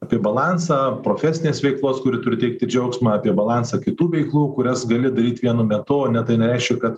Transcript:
apie balansą profesinės veiklos kuri turi teikti džiaugsmą apie balansą kitų veiklų kurias gali daryt vienu metu o ne tai nereiškia kad